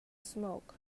smoke